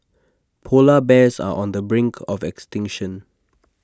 Polar Bears are on the brink of extinction